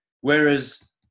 Whereas